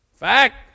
fact